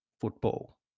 football